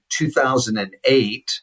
2008